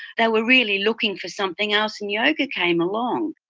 they were really looking for something else, and yoga came along.